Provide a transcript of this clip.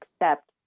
accept